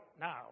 now